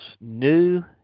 new